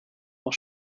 will